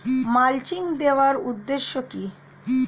Mulching দেওয়ার উদ্দেশ্য কি?